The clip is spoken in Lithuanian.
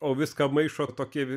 o viską maišo tokie